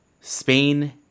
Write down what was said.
Spain